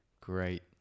great